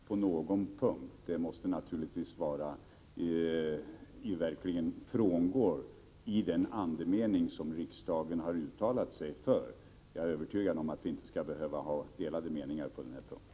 Herr talman! Tillåt mig förtydliga vad som menas med ”på någon punkt”. Det måste innebära att vi verkligen frångår den andemening som riksdagen har uttalat sig för. Jag är övertygad om att vi inte skall behöva ha delade meningar på denna punkt.